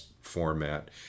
format